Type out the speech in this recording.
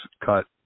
cut